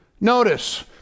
Notice